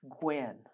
Gwen